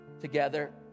together